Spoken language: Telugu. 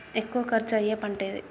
ఎక్కువ ఖర్చు అయ్యే పంటేది?